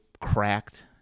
cracked